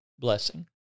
blessing